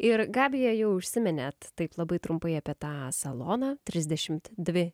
ir gabija jau užsiminėt taip labai trumpai apie tą saloną trisdešimt dvi